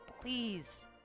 Please